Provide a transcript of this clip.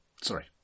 Sorry